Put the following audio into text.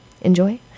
enjoy